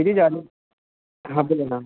कितीची आणू half dozen हां